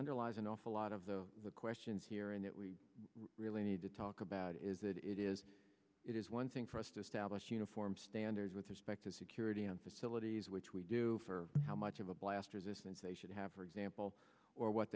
underlies an awful lot of the questions here and that we really need to talk about is that it is it is one thing for us to establish uniform standards with respect to security on facilities which we do for how much of a blast resistant they should have for example or what